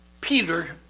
Peter